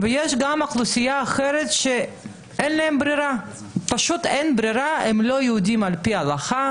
יש גם אוכלוסייה אחרת שפשוט אין לה ברירה כי היא לא יהודית על פי ההלכה,